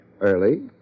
Early